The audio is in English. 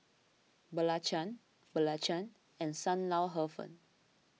Belacan Belacan and Sam Lau Hor Fun